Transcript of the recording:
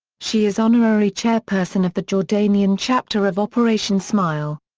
she is honorary chairperson of the jordanian chapter of operation smile.